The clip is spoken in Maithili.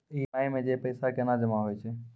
ई.एम.आई मे जे पैसा केना जमा होय छै?